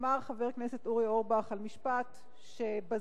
אמר חבר הכנסת אורי אורבך על משפט בזק,